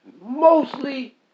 Mostly